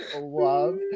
love